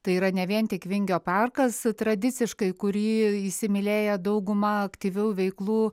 tai yra ne vien tik vingio parkas tradiciškai kurį įsimylėję dauguma aktyvių veiklų